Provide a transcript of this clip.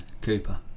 Cooper